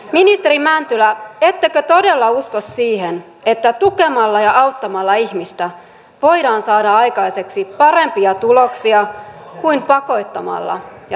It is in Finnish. ministeri mäntylä ettekö todella usko siihen että tukemalla ja auttamalla ihmistä voidaan saada aikaiseksi parempia tuloksia kuin pakottamalla ja rankaisemalla